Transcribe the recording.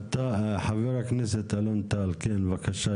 חבר הכנסת אלון טל, כן בבקשה.